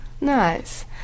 Nice